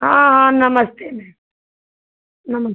हाँ हाँ नमस्ते मैम नमस्ते